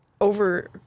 over